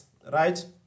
right